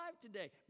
today